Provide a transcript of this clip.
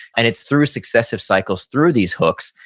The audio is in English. and it's through successive cycles, through these hooks,